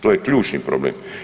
To je ključni problem.